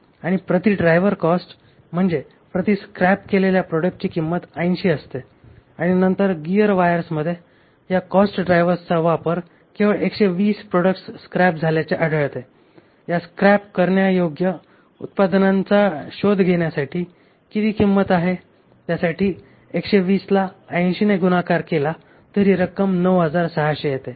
आणि प्रति driver cost म्हणजे प्रति स्क्रॅप केलेल्या प्रॉडक्टची किंमत 80 असते आणि नंतर गीयर वायर्समध्ये या कॉस्ट ड्रायव्हरचा वापर केवळ 120 प्रॉडक्ट्स स्क्रॅप झाल्याचे आढळते त्या स्क्रॅप करण्यायोग्य उत्पादनांचा शोध घेण्यासाठी किती किंमत आहे त्यासाठी 120 ला 80 ने गुणाकार केला तर ही रक्कम 9600 येते